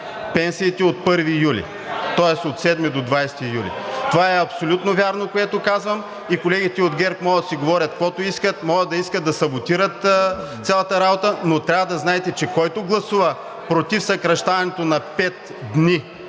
пенсиите от 1 юли, тоест от 7 до 20 юли. Това е абсолютно вярно, което казвам, и колегите от ГЕРБ могат да си говорят каквото искат, могат да искат да саботират цялата работа, но трябва да знаете, че който гласува против съкращаването на пет дни